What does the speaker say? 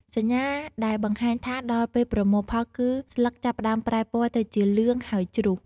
សញ្ញាដែលបង្ហាញថាដល់ពេលប្រមូលផលគឺស្លឹកចាប់ផ្តើមប្រែពណ៌ទៅជាលឿង ហើយជ្រុះ។